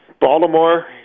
Baltimore